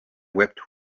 wept